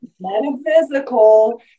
metaphysical